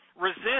resist